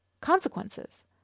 consequences